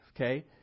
okay